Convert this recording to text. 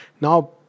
Now